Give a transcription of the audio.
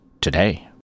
Today